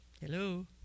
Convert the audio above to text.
Hello